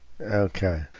Okay